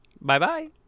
bye-bye